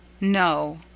No